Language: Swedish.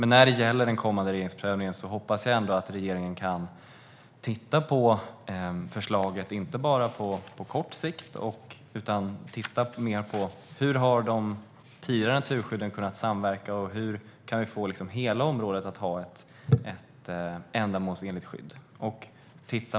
När det gäller den kommande regeringsprövningen hoppas jag ändå att regeringen kan titta på förslaget - inte bara på kort sikt utan även på hur de tidigare naturskydden har kunnat samverka och på hur vi kan få ett ändamålsenligt skydd för hela området.